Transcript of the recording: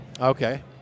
Okay